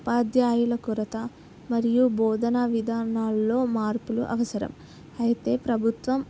ఉపాధ్యాయుల కొరత మరియు బోధన విధానాల్లో మార్పులు అవసరం అయితే ప్రభుత్వం